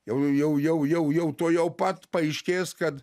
jau jau jau jau tuojau pat paaiškės kad